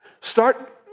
Start